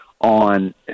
on